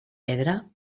pedra